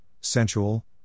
sensual